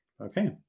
Okay